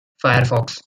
firefox